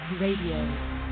Radio